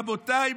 רבותיי,